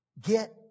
Get